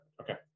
Okay